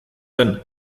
zen